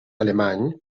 alemany